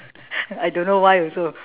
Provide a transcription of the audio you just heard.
I don't know why also